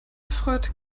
freut